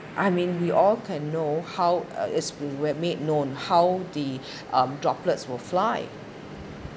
I mean we all can know how uh is were made known how the um droplets will fly